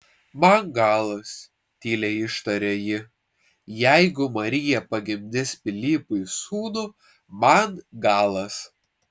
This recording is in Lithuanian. man galas tyliai ištarė ji jeigu marija pagimdys pilypui sūnų man galas